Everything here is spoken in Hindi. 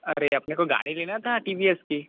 अरे अपने को गाड़ी लेना थी टी वी एस की